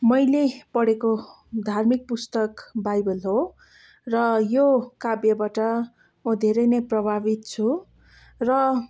मैले पढेको धार्मिक पुस्तक बाइबल हो र यो काव्यबाट म धेरै नै प्रभावित छु र